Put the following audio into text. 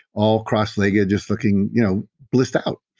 all cross-legged, just looking you know blissed-out.